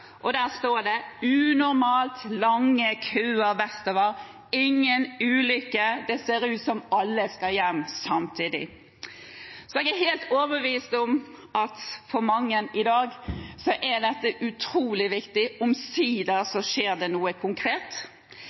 og der stod det: Unormalt lange køer vestover, ingen ulykke, det ser ut som alle skal hjem samtidig. Så jeg er helt overbevist om at for mange i dag er dette utrolig viktig. Omsider skjer det noe konkret.